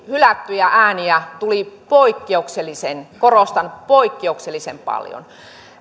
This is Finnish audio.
hylättyjä ääniä tuli poikkeuksellisen korostan poikkeuksellisen paljon